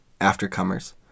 aftercomers